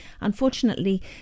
unfortunately